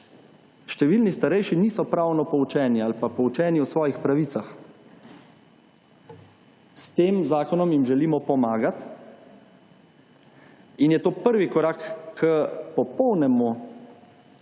številni starejši niso pravno poučeni ali pa poučeni o svojih pravicah. S tem zakonom jim želimo pomagati in je to prvi korak k popolnemu